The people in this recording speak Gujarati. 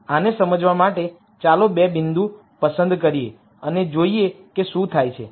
આને સમજવા માટે ચાલો બે બિંદુ પસંદ કરીએ અને જોઈએ કે શું થાય છે